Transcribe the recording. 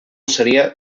seria